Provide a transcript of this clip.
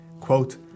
Quote